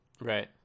Right